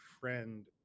friend